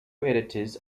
editors